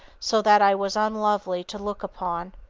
so that i was unlovely to look upon.